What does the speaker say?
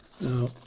Now